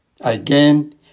Again